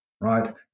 right